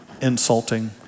insulting